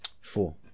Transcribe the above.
Four